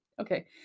Okay